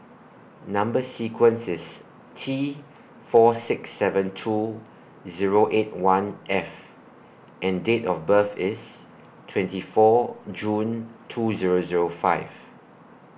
Number sequence IS T four six seven two Zero eight one F and Date of birth IS twenty four June two Zero Zero five